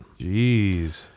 Jeez